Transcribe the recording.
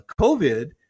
covid